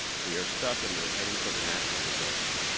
we are stuck and we are heading toward a national disaster.